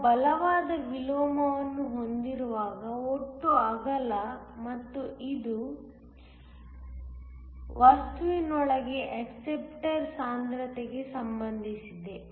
ನಾವು ಬಲವಾದ ವಿಲೋಮವನ್ನು ಹೊಂದಿರುವಾಗ ಒಟ್ಟು ಅಗಲ ಮತ್ತು ಇದು ವಸ್ತುವಿನೊಳಗೆ ಅಕ್ಸೆಪ್ಟಾರ್ ಸಾಂದ್ರತೆಗೆ ಸಂಬಂಧಿಸಿದೆ